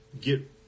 get